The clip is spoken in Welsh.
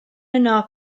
yno